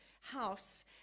house